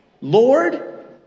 Lord